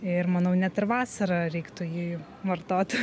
ir manau net ir vasarą reiktų jį vartot